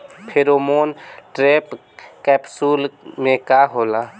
Pheromone trap capsule में का होला?